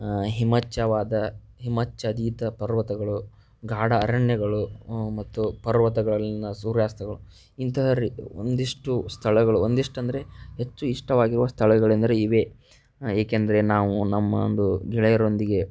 ಹಿಮಚ್ಛವಾದ ಹಿಮಚ್ಛಾದೀತ ಪರ್ವತಗಳು ಗಾಢ ಅರಣ್ಯಗಳು ಮತ್ತು ಪರ್ವತಗಳಲ್ಲಿನ ಸೂರ್ಯಾಸ್ತಗಳ ಇಂತಹ ರಿ ಒಂದಿಷ್ಟು ಸ್ಥಳಗಳು ಒಂದಿಷ್ಟು ಅಂದರೆ ಹೆಚ್ಚು ಇಷ್ಟವಾಗಿರುವ ಸ್ಥಳಗಳೆಂದರೆ ಇವೆ ಏಕೆಂದರೆ ನಾವು ನಮ್ಮಾಂದು ಗೆಳೆಯರೊಂದಿಗೆ